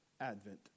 Advent